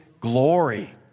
glory